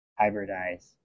hybridize